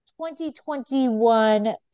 2021